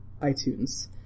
iTunes